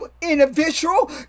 individual